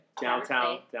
Downtown